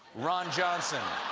ron johnson.